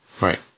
right